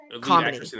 comedy